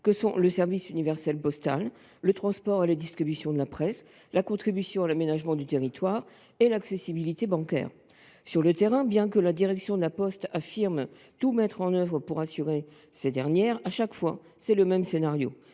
que sont le service universel postal, le transport et la distribution de la presse, la contribution à l’aménagement du territoire et l’accessibilité bancaire. Sur le terrain, bien que la direction de La Poste affirme tout mettre en œuvre pour assurer ces missions, c’est à chaque fois le même scénario